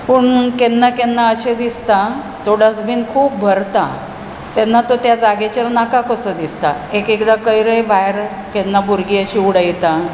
पूण केन्ना केन्ना अशें दिसता तो डस्टबीन खूब भरता तेन्ना तो त्या जाग्याचेर नाका कसो दिसता एक एकदां कोयरय भायर केन्ना भुरगीं अशीं उडयतात